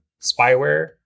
spyware